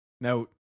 Now